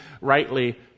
rightly